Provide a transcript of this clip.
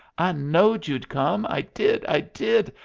i knowed you'd come i did, i did,